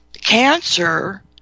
Cancer